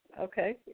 Okay